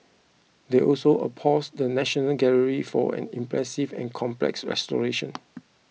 they also applauded the National Gallery for an impressive and complex restoration